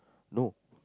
no